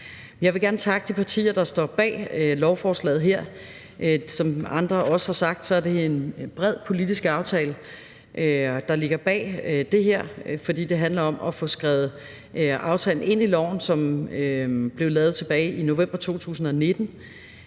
Jeg vil gerne takke de partier, der står bag lovforslaget her. Som andre også har sagt, er det en bred politisk aftale, der ligger bag det her, for det handler om at få skrevet aftalen ind i loven, som blev lavet tilbage i november 2019